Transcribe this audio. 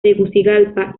tegucigalpa